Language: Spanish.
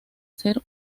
ser